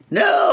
no